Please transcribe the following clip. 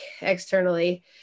externally